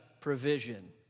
provision